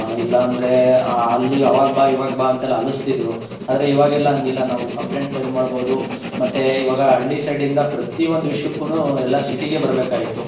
ಇಲ್ಲ ಅಂದರೆ ಅಲ್ಲಿಗೆ ಅವಾಗ ಬಾ ಇವಾಗ ಬಾ ಅಂತೆಲ್ಲ ಅಲಸ್ತಿದ್ರು ಆದರೆ ಇವಾಗೆಲ್ಲ ಹಂಗಿಲ್ಲ ನಾವು ಕಂಪ್ಲೇಂಟ್ ಫೈಲ್ ಮಾಡ್ಬೋದು ಮತ್ತೆ ಇವಾಗ ಹಳ್ಳಿ ಸೈಡಿಂದ ಪ್ರತಿಯೊಂದು ವಿಷಯಕ್ಕೂ ಎಲ್ಲ ಸಿಟಿಗೆ ಬರ್ಬೇಕಾಗಿತ್ತು